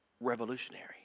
revolutionary